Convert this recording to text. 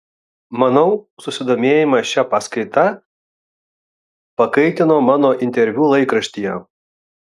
manau susidomėjimą šia paskaita pakaitino mano interviu laikraštyje